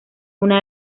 una